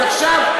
אז עכשיו,